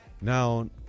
Now